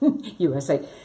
USA